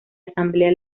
asamblea